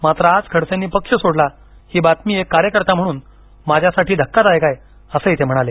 मात्र आज खडसेनी पक्ष सोडला ही बातमी एक कार्यकर्ता म्हणून माझ्यासाठी धक्कादायक आहे असं ते म्हणाले